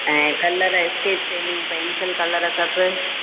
ऐं colour sketch पेनूं pencil colour सभु